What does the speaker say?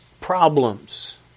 problems